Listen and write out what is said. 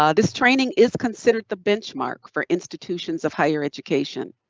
ah this training is considered the benchmark for institutions of higher education.